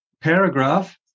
paragraph